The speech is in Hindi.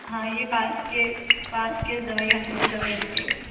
हाँ यह पास के पास के दवाखाने से दवाई लेकर आई थी